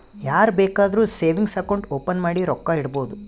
ಯಾರ್ ಬೇಕಾದ್ರೂ savings account open ಮಾಡಿ ರೊಕ್ಕಾ ಇಡ್ಬೋದು